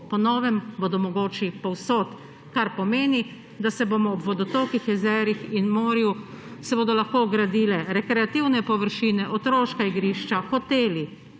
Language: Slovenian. Po novem bodo mogoči povsod, kar pomeni, da se bodo ob vodotokih, jezerih in morju lahko gradile rekreativne površine, otroška igrišča, hoteli,